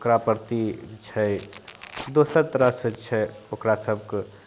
ओकरा प्रति छै दोसर तरहसे छै ओकरा सभके